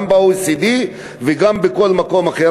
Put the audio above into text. גם ב-OECD וגם בכל מקום אחר,